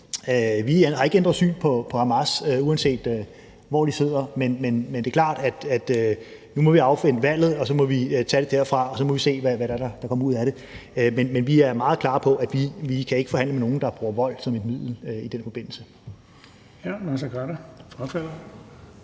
vi har ikke ændret syn på Hamas, uanset hvor de sidder, men det er klart, at nu må vi afvente valget, og så må vi tage det derfra og se, hvad det er, der kommer ud af det. Men vi er meget klare på, at vi ikke i den forbindelse kan forhandle med nogen, der bruger vold som et middel. Kl. 17:04 Den fg.